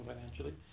financially